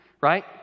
right